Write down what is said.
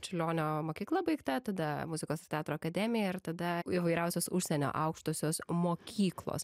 čiurlionio mokykla baigta tada muzikos ir teatro akademija ir tada įvairiausios užsienio aukštosios mokyklos